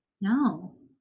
no